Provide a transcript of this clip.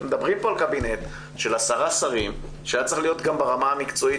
אתם מדברים פה על קבינט של עשרה שרים שהיה צריך להיות ברמה המקצועית